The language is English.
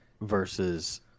versus –